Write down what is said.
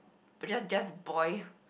but just just boil